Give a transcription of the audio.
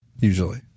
Usually